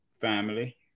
family